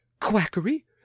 quackery